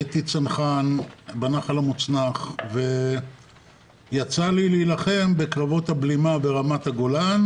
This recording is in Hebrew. הייתי צנחן בנח"ל המוצנח ויצא לי להילחם בקרבות הבלימה ברמת הגולן.